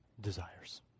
desires